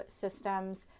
systems